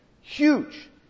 Huge